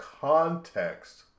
context